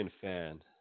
fan